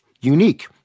unique